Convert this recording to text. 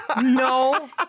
No